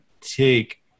take –